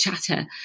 chatter